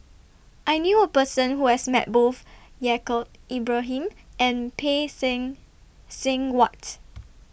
I knew A Person Who has Met Both Yaacob Ibrahim and Phay Seng Seng Whatt